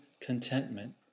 contentment